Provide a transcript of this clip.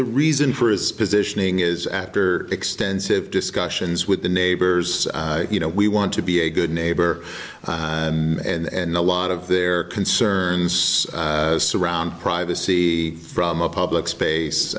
the reason for his positioning is after extensive discussions with the neighbors you know we want to be a good neighbor and a lot of their concerns surround privacy from a public space